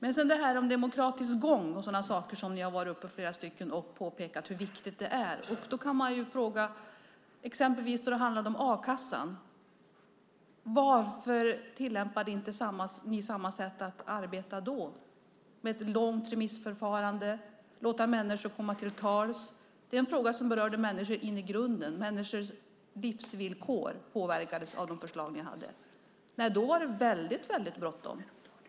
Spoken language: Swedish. Flera av er har varit uppe och påpekat hur viktig den demokratiska gången är. Men varför tillämpade ni då inte samma sätt att arbeta, med ett långt remissförfarande och möjlighet för människor att komma till tals, när det handlade om a-kassan? Det är en fråga som berör människor in i grunden. Människors livsvillkor påverkades av de förslag ni hade. Men då var det väldigt bråttom.